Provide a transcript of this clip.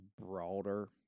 broader